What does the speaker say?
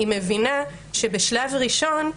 מבינה שבשלב ראשון,